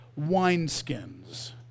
wineskins